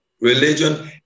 Religion